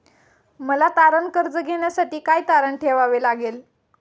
मला तारण कर्ज घेण्यासाठी काय तारण ठेवावे लागेल?